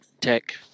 tech